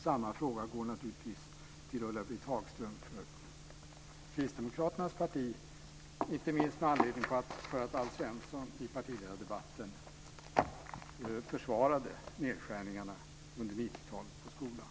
Samma fråga går naturligtvis till Ulla-Britt Hagström, inte minst med anledning av att Alf Svensson i partiledardebatten försvarade nedskärningarna i skolan på 90-talet.